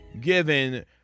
given